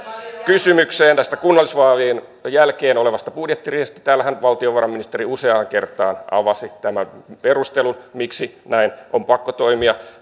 kysymykseen tästä kunnallisvaalien jälkeen olevasta budjettiriihestä niin täällähän valtiovarainministeri useaan kertaan avasi tämän perustelun miksi näin on pakko toimia